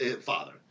father